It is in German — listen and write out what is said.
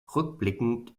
rückblickend